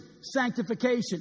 sanctification